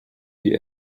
die